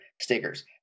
stickers